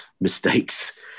mistakes